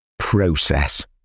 process